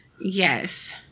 yes